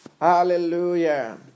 Hallelujah